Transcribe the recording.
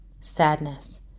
Sadness